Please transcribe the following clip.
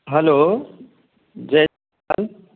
हलो जय झूलेलाल